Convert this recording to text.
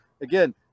again